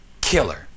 killer